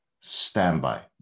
standby